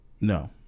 No